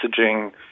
messaging